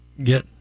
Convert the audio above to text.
get